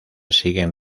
siguen